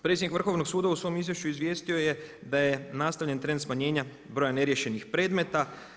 Predsjednik Vrhovnog suda u svom izvješću izvijestio je da je nastavljen trend smanjenja broja neriješenih predmeta.